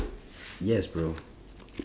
yes bro